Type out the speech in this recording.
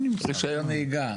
רישיון נהיגה,